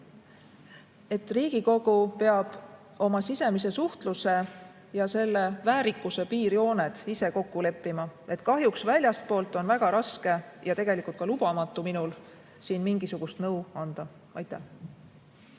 Riigikogu peab oma sisemise suhtluse ja selle väärikuse piirjooned ise kokku leppima. Kahjuks on väga raske ja tegelikult ka lubamatu minul siin mingisugust nõu anda. Tarmo